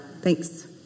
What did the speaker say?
Thanks